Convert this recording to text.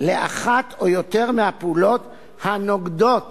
לאחת או יותר מהפעולות הנוגדות